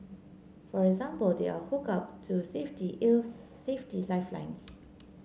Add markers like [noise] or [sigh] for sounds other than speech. for example they are hooked up to safety [unintelligible] safety lifelines